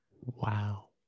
Wow